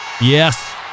Yes